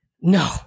No